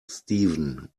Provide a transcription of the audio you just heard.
steven